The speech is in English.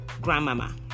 grandmama